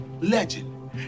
legend